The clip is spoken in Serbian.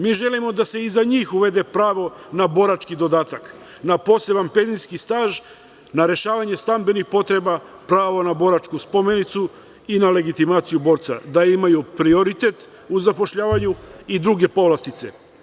Mi želimo da se i za njih uvede pravo na borački dodatak, na posebni penzijski staž, na rešavanje stambenih potreba, pravo na boračku spomenicu i na legitimaciju borca, da imaju prioritet u zapošljavanju i druge povlastice.